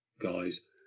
guys